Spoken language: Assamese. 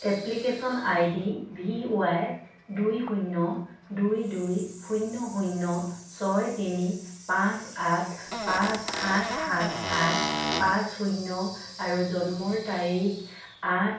application I D V Y দুই শূন্য দুই দুই শূন্য শূন্য ছয় তিনি পাঁচ আঠ পাঁচ সাত সাত আঠ পাঁচ শূন্য আৰু জন্মৰ তাৰিখ আঠ